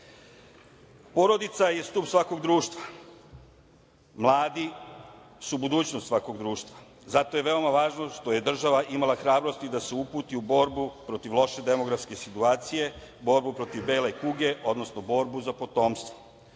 je stub svakog društva. Mladi su budućnost svakog društva, zato je veoma važno što je država imala hrabrosti da se uputi u borbu protiv loše demografske situacije, borbu protiv bele kuge, odnosno, borbu za potomstvo.